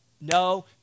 no